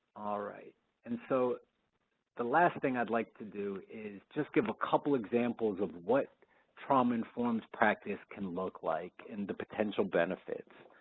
all right and so the last thing i'd like to do is just give a couple examples of what trauma-informed practice can look like and the potential benefits.